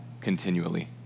continually